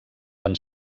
van